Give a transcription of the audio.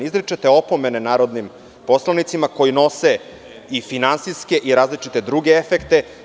Izričite opomene narodnim poslanicima koji nose i finansijske i različite druge efekte.